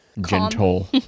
gentle